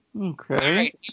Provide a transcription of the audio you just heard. okay